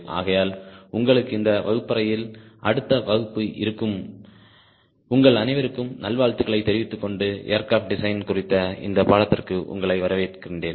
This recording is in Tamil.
ஆகையால்உங்களுக்கு இந்த வகுப்பறையில் அடுத்த வகுப்பு இருக்கும் உங்கள் அனைவருக்கும் நல்வாழ்த்துக்களை தெரிவித்துக் கொண்டு ஏர்கிராப்ட் டிசைன் குறித்த இந்த பாடத்திற்கு உங்களை வரவேற்கிறேன்